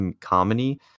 comedy